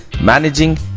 managing